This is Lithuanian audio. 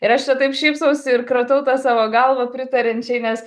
ir aš čia taip šypsausi ir kratau tą savo galvą pritariančiai nes